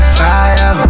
fire